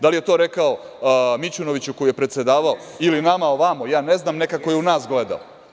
Da li je to rekao Mićunoviću, koji je predsedavao ili nama ovamo, ja ne znam, nekako je u nas gledao.